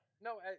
no